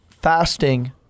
fasting